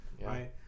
Right